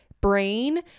brain